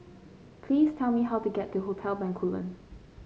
please tell me how to get to Hotel Bencoolen